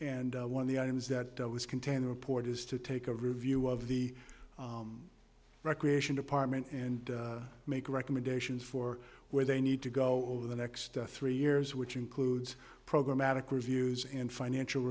and one of the items that was contained a report is to take a review of the recreation department and make recommendations for where they need to go over the next three years which includes programatic reviews and financial